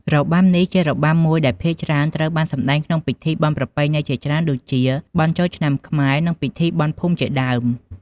របាំនេះជារបាំមួយដែលភាគច្រើនត្រូវបានសម្តែងក្នុងពិធីបុណ្យប្រពៃណីជាច្រើន ដូចជា បុណ្យចូលឆ្នាំខ្មែរ និងពិធីបុណ្យភូមិជាដើម។